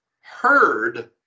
heard